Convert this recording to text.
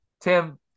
Tim